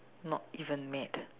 not even mad